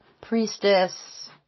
priestess